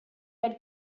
had